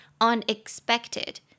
Unexpected